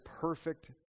perfect